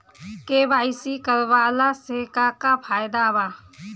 KYC करवला से का का फायदा बा?